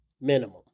minimum